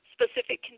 specific